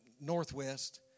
northwest